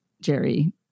Jerry